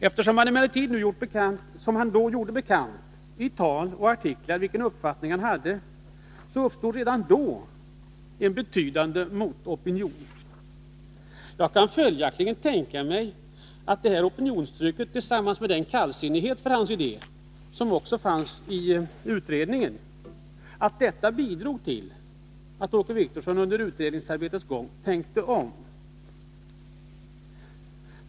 Eftersom han emellertid då gjorde bekant i tal och artiklar vilken uppfattning han hade, uppstod redan då en betydande motopinion. Jag kan följaktligen tänka mig att detta opinionstryck, tillsammans med den kallsinnighet till hans idé som också fanns i utredningen, bidrog till att Åke Wictorsson under utredningsarbetet tänkte om.